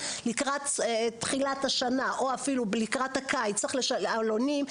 אני חושבת שבתחילת השנה או אפילו לקראת הקיץ צריך לחלק עלונים.